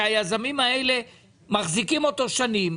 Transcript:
שהיזמים האלה מחזיקים אותו שנים,